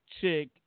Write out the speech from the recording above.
chick